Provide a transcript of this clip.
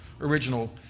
original